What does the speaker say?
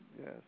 Yes